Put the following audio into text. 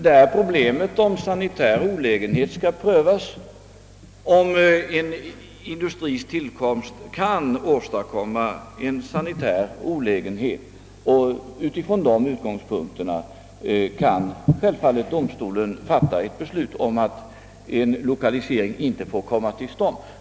Vattendomstolen kommer att pröva frågan huruvida industriens tillkomst kan åstadkomma en sanitär olägenhet. Om domstolen finner att så är fallet kan den självfallet fatta beslut om att lokaliseringen inte får komma till stånd.